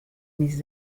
mis